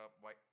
white